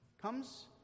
comes